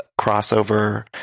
crossover